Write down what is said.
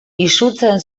izutzen